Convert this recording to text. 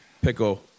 Pickle